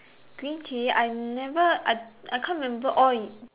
green chili I never I I can't remember orh y~